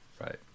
right